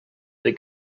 they